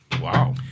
wow